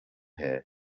here